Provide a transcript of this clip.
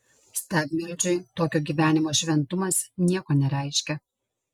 stabmeldžiui tokio gyvenimo šventumas nieko nereiškia